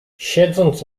siedząc